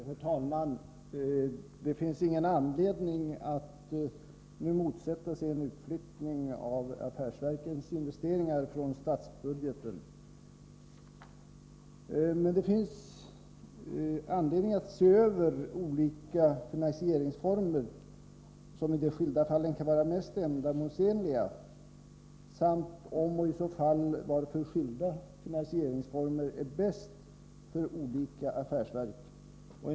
Herr talman! Det finns ingen anledning att nu motsätta sig en utflyttning av affärsverkens investeringar från statsbudgeten. Men det finns skäl att se över olika finansieringsformer för att finna vilka former som i de skilda fallen kan vara mest ändamålsenliga och bäst lämpade för de olika affärsverken.